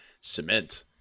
Cement